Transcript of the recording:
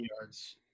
yards